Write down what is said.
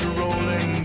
rolling